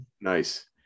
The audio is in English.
Nice